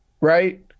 Right